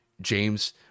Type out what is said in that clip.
James